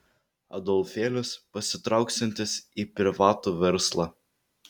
adolfėlis pasitrauksiantis į privatų verslą